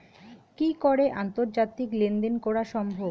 কি করে আন্তর্জাতিক লেনদেন করা সম্ভব?